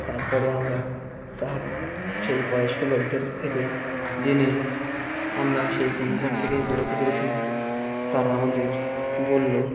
তার পরে আমরা তার সেই বয়স্ক লোকদের থেকে জেনে আমরা সেই ঘূর্ণিঝড় থেকে বেরোতে পেরেছিলাম তারা আমাদের বলল